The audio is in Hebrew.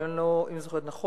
אבל אם אני זוכרת נכון,